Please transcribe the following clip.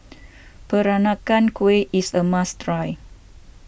Peranakan Kueh is a must try